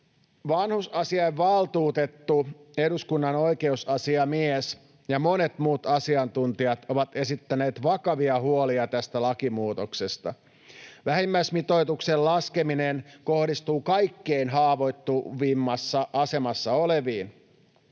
Vanhusasiainvaltuutettu, eduskunnan oikeusasiamies ja monet muut asiantuntijat ovat esittäneet vakavia huolia tästä lakimuutoksesta. Vähimmäismitoituksen laskeminen kohdistuu kaikkein haavoittuvimmassa asemassa oleviin.